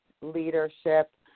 leadership